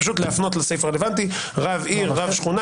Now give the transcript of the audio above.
פשוט להפנות לסעיף רלוונטי, רב עיר, רב שכונה.